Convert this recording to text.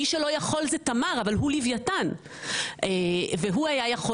מי שלא יכול זה תמר אבל הוא לווייתן והוא היה יכול